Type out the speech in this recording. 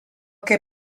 que